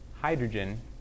hydrogen